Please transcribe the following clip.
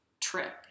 trip